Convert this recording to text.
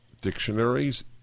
dictionaries